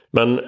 Men